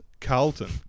Carlton